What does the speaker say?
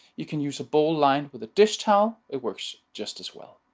you can use a bowl lined with a dish towel, it works just as well.